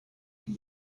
can